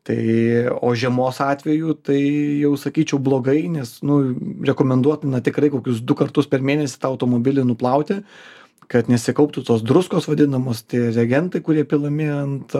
tai o žiemos atveju tai jau sakyčiau blogai nes nu rekomenduotina tikrai kokius du kartus per mėnesį tą automobilį nuplauti kad nesikauptų tos druskos vadinamos tie regentai kurie pilami ant